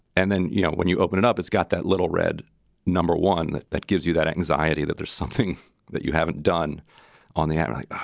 and then, you know, when you open it up, it's got that little red number one that that gives you that anxiety that there's something that you haven't done on the atnight.